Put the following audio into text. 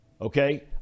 okay